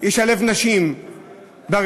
ישלב נשים ברשימה.